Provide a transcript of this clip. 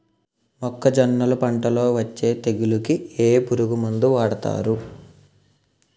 మొక్కజొన్నలు పంట లొ వచ్చే తెగులకి ఏ పురుగు మందు వాడతారు?